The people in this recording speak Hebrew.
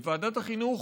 בוועדת החינוך,